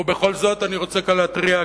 ובכל זאת אני רוצה כאן להתריע,